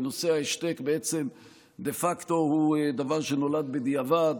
ונושא ההשתק בעצם דה פקטו הוא דבר שנולד בדיעבד.